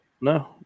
No